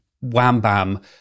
wham-bam